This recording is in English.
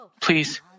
please